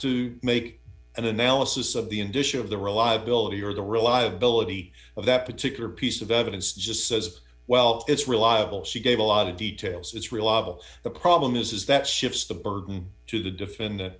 to make an analysis of the indicia of the reliability or the reliability of that particular piece of evidence just says well it's reliable she gave a lot of details it's reliable the problem is that shifts the burden to the defendant